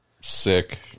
sick